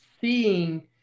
seeing